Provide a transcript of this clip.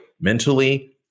mentally